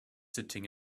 sitting